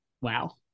Wow